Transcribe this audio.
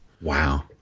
Wow